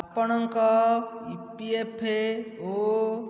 ଆପଣଙ୍କ ଇପିଏଫେ୍ଓ